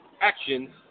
action